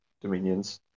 dominions